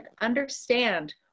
understand